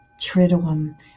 Triduum